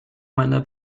meiner